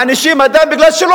מענישים אדם כי לא